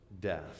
death